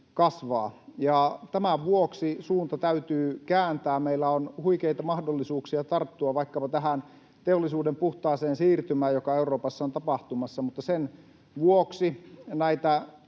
Tämän vuoksi suunta täytyy kääntää. Meillä on huikeita mahdollisuuksia tarttua vaikkapa teollisuuden puhtaaseen siirtymään, joka Euroopassa on tapahtumassa, mutta sen vuoksi näitä